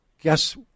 Guess